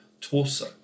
torso